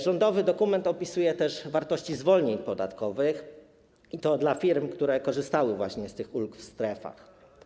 Rządowy dokument opisuje też wartości zwolnień podatkowych dla firm, które korzystały właśnie z tych ulg w strefach.